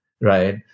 right